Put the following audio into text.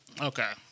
Okay